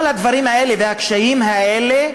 כל הדברים האלה והקשיים האלה